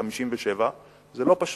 זה 57. זה לא פשוט,